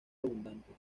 abundantes